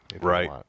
Right